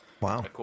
Wow